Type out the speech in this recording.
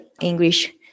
English